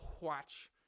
watch